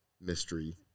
mystery